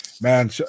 man